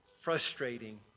frustrating